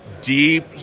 deep